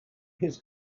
his